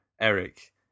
Eric